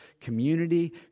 community